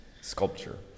sculpture